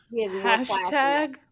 Hashtag